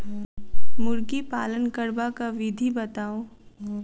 मुर्गी पालन करबाक विधि बताऊ?